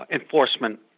enforcement